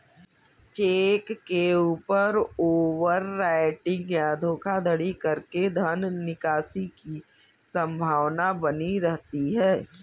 check के ऊपर overwriting या धोखाधड़ी करके धन निकासी की संभावना बनी रहती है